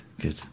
good